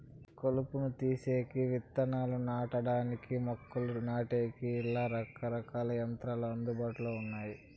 కలుపును తీసేకి, ఇత్తనాలు నాటడానికి, మొక్కలు నాటేకి, ఇలా రకరకాల యంత్రాలు అందుబాటులో ఉన్నాయి